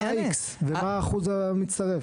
מה ה-X ומה האחוז המצטרף?